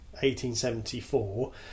1874